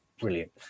brilliant